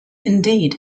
indeed